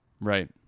Right